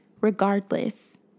regardless